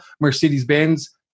Mercedes-Benz